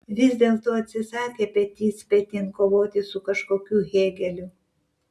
vis dėlto atsisakė petys petin kovoti su kažkokiu hėgeliu